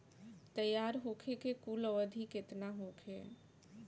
तैयार होखे के कुल अवधि केतना होखे?